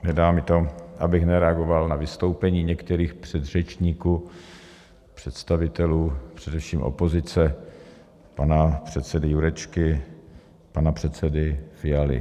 Nedá mi to, abych nereagoval na vystoupení některých předřečníků, představitelů především opozice, pana předsedy Jurečky, pana předsedy Fialy.